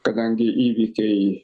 kadangi įvykiai